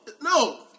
No